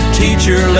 teacher